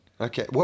Okay